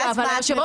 ואז מה?